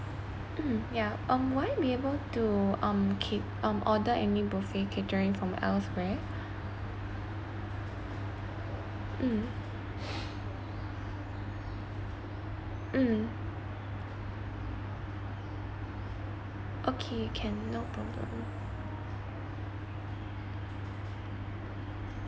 mm yeah um will I be able to um ca~ um order any buffet catering from elsewhere mm mm okay can no problem